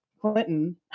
Clinton